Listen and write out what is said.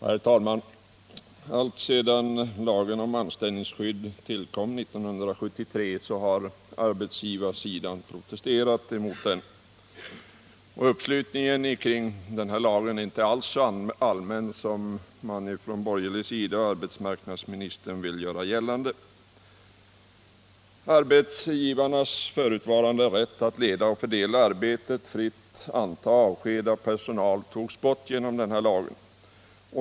Herr talman! Alltsedan lagen om anställningsskydd tillkom 1973 har arbetsgivarsidan protesterat mot den. Uppslutningen kring den här lagen är inte alls så allmän som man från borgerlig sida och arbetsmarknadsministern vill göra gällande. Arbetsgivarnas förutvarande rätt att leda och fördela arbetet, fritt anta och avskeda personal togs bort genom den här lagen.